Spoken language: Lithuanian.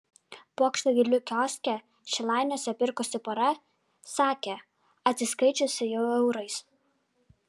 puokštę gėlių kioske šilainiuose pirkusi pora sakė atsiskaičiusi jau eurais